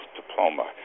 diploma